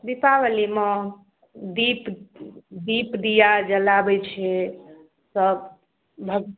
दीपावलीमे दीप दीप दीआ जलाबै छै सब भग